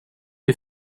you